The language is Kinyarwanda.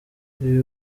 ibi